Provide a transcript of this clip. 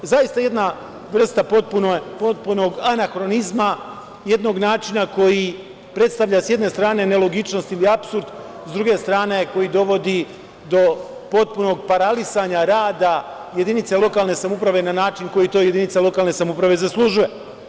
Zaista, jedna vrsta potpunog anahronizma, jednog načina koji predstavlja, s jedne strane, nelogičnost ili apsurd, s druge strane, koji dovodi do potpunog paralisanja rada jedinice lokalne samouprave na način na koji to jedinica lokalne samouprave zaslužuje.